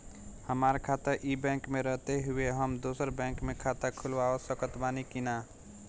हमार खाता ई बैंक मे रहते हुये हम दोसर बैंक मे खाता खुलवा सकत बानी की ना?